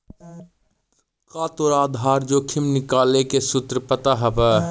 का तोरा आधार जोखिम निकाले के सूत्र पता हवऽ?